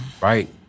Right